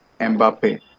Mbappe